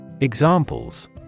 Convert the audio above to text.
Examples